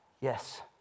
yes